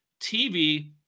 TV